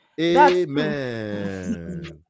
Amen